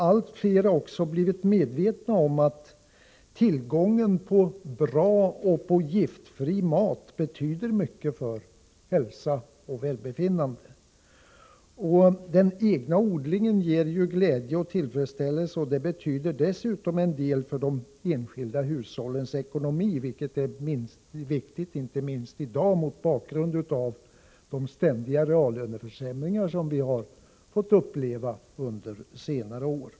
Allt fler har också blivit medvetna om att tillgången på bra och giftfri mat betyder mycket för hälsa och välbefinnande. Den egna odlingen ger glädje och tillfredsställelse. Den betyder dessutom en del för de enskilda hushållens ekonomi, vilket inte minst är viktigt i dag, mot bakgrund av de ständiga reallöneförsämringar som vi har fått uppleva under senare år.